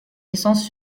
licence